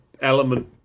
element